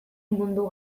mundu